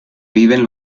viven